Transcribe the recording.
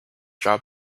job